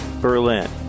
Berlin